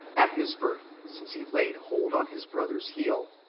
at his birth, since he laid hold on his brother's heel,